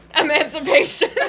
Emancipation